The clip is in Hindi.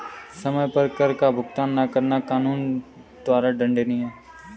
समय पर कर का भुगतान न करना कानून द्वारा दंडनीय है